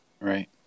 Right